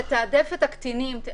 תתעדף את הקטינים.